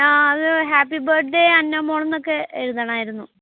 അത് happy birthday Anna മോൾ എന്നൊക്കെ എഴുതണമായിരുന്നു